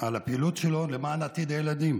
על הפעילות שלו למען עתיד הילדים,